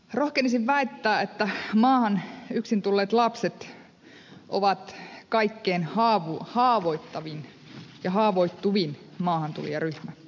rohkenisin väittää että maahan yksin tulleet lapset ovat kaikkein haavoittavin ja haavoittuvin maahantulijaryhmä